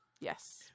Yes